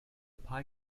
pie